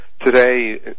today